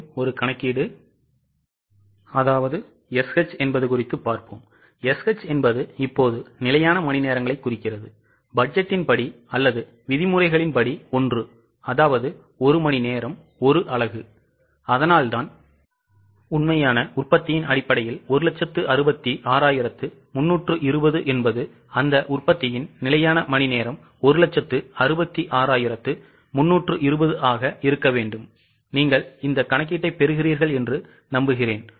மேலும் ஒரு கணக்கீடு SH SH என்பது இப்போது நிலையான மணிநேரங்களைக் குறிக்கிறது பட்ஜெட்டின் படி அல்லது விதிமுறைகளின் படி 1அதாவது 1 மணிநேரம் 1 அலகு அதனால்தான் உண்மையான உற்பத்தியின் அடிப்படையில் 166320 என்பது அந்த உற்பத்தியின் நிலையான மணிநேரம் 166320 ஆக இருக்க வேண்டும் நீங்கள் கணக்கீட்டை பெறுகிறீர்களா